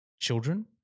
children